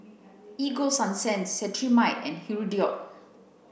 Ego Sunsense Cetrimide and Hirudoid